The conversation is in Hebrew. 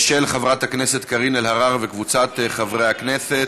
של חברת הכנסת קארין אלהרר וקבוצת חברי הכנסת.